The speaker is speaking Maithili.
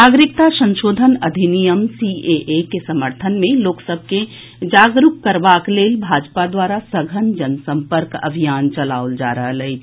नागरिकता संशोधन अधिनियम सीएए के समर्थन मे लोक सभ के जागरूक करबाक लेल भाजपा द्वारा सघन जनसम्पर्क अभियान चलाओल जा रहल अछि